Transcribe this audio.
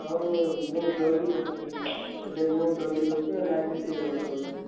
ହଉ ହଉ ମୁଁ ଜଲ୍ଦି କରୁଛି ହେଲେ ମୁଁ ଜଲ୍ଦି କରୁଛି ଆଉ ଲାଇନ୍ରେ ଛିଡ଼ା ହୁଅ ତୁମେ